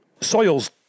Soils